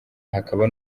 hakaba